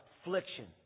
affliction